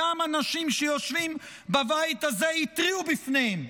גם אנשים שיושבים בבית הזה התריעו עליהן בפניהם,